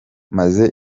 maze